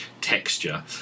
texture